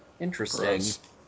Interesting